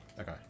Okay